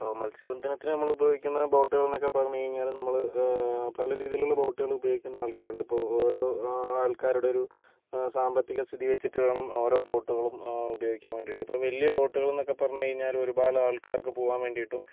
ഇപ്പോൾ മത്സ്യ ബന്ധനത്തിന് നമ്മള് ഉപയോഗിക്കുന്ന ബോട്ടുകൾ എന്നൊക്കെ പറഞ്ഞ് കഴിഞ്ഞാല് നമ്മള് പല രീതിയിലുള്ള ബോട്ടുകള് ഉപയോഗിക്കുന്ന ആൾക്കാരുണ്ട് ഓരോ ആൾക്കാരുടെ ഒരു സാമ്പത്തിക സ്ഥിതിവച്ചിട്ട് വേണം ഓരോ ബോട്ടുകളും ഉപയോഗിക്കാൻ വേണ്ടിയിട്ട് ഇപ്പം വലിയ ബോട്ടുകൾ എന്നൊക്കെ പറഞ്ഞ് കഴിഞ്ഞാല് ഒരുപാട് ആൾക്കാർക്ക് പോവാൻ വേണ്ടിയിട്ടും